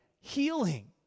healing